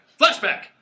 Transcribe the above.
Flashback